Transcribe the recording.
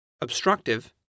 obstructive